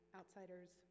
outsiders